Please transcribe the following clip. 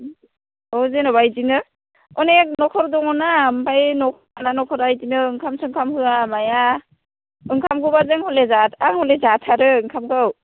औ जेन'बा बिदिनो अनेक नखर दङना आमफ्राय नख नखरा बिदिनो ओंखाम थोंखाम होआ माया ओंखामखौबा जों हले जा आं हले जाथारो ओंखामखौ